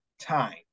time